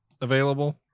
available